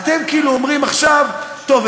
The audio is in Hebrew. אתם אומרים עכשיו: טוב,